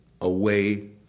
away